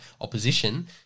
opposition